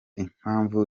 impamvu